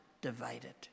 divided